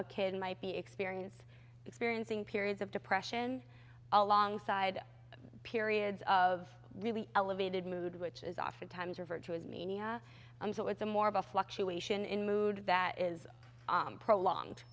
a kid might be experience experiencing periods of depression alongside periods of really elevated mood which is oftentimes a virtual mania and so it's a more of a fluctuation in mood that is prolong